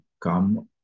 come